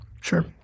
Sure